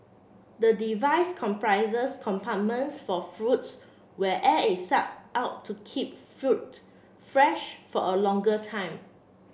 the device comprises compartments for fruits where air is sucked out to keep fruits fresh for a longer time